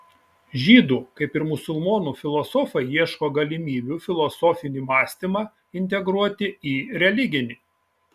žydų kaip ir musulmonų filosofai ieško galimybių filosofinį mąstymą integruoti į religinį